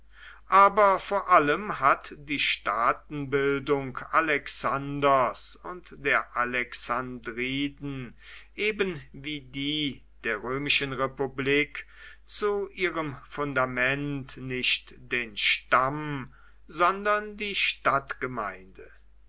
aber vor allem hat die staatenbildung alexanders und der alexandriden eben wie die der römischen republik zu ihrem fundament nicht den stamm sondern die stadtgemeinde